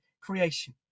creation